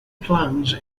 plans